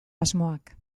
asmoak